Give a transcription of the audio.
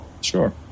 Sure